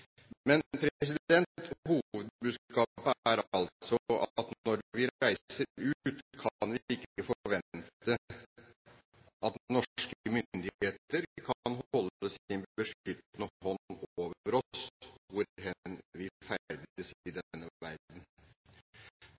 Hovedbudskapet er altså at når vi reiser ut, kan vi ikke forvente at norske myndigheter skal holde sin beskyttende hånd over oss hvor hen vi ferdes i denne verden.